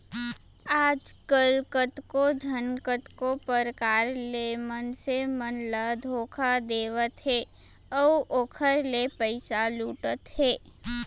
आजकल कतको झन कतको परकार ले मनसे मन ल धोखा देवत हे अउ ओखर ले पइसा लुटत हे